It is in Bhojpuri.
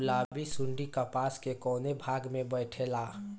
गुलाबी सुंडी कपास के कौने भाग में बैठे ला?